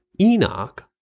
Enoch